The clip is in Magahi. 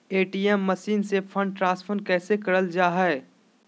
ए.टी.एम मसीन से फंड ट्रांसफर कैसे करल जा है?